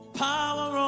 power